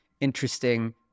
interesting